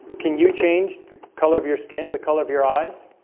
can you change the color of your skin the color of your eyes?